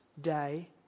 day